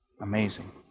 Amazing